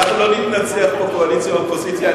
אנחנו לא נתנצח פה קואליציה אופוזיציה,